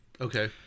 Okay